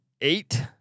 eight